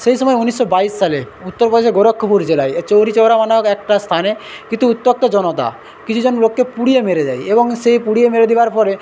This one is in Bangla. সেই সময় ঊনিশশো বাইশ সালে উত্তরপ্রদেশের গোরক্ষপুর জেলায় এই চৌরিচৌরা নামক একটা স্থানে কিন্তু উত্তপ্ত জনতা কিছু জন লোককে পুড়িয়ে মেরে দেয় এবং সেই পুড়িয়ে মেরে দেওয়ার পরে